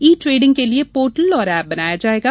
ई trading के लिये portal और एप बनाया जायेगा